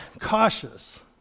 cautious